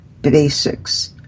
basics